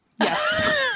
Yes